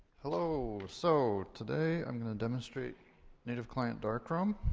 hello. so today i'm gonna demonstrate native client darkroom.